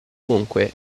ovunque